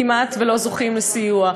כמעט לא זוכים לסיוע,